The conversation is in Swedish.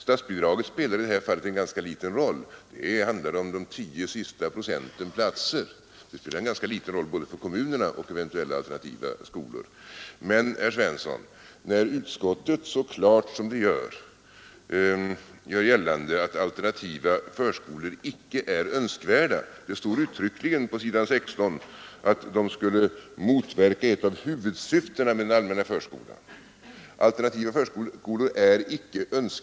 Statsbidrag spelar i detta fall en ganska liten roll både för kommunerna och för eventuella alternativa skolor. Det handlar om de sista tio procenten platser. Det framgår mycket klart, herr Svensson, att alternativa förskolor icke är önskvärda. Utskottet säger uttryckligen på s. 16 i betänkandet att de skulle ”motverka ett av huvudsyftena med den allmänna förskolan”.